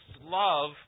love